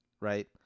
Right